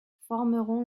formeront